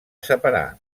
separar